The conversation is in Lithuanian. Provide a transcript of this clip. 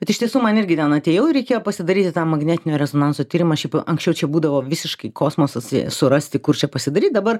bet iš tiesų man irgi ten atėjau ir reikėjo pasidaryti tą magnetinio rezonanso tyrimą šiaip anksčiau čia būdavo visiškai kosmosas surasti kur čia pasidaryt dabar